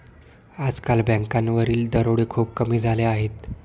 आजकाल बँकांवरील दरोडे खूप कमी झाले आहेत